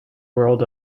world